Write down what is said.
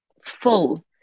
full